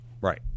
right